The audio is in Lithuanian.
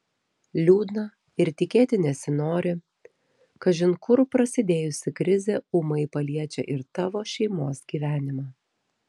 liūdna ir tikėti nesinori kažin kur prasidėjusi krizė ūmai paliečia ir tavo šeimos gyvenimą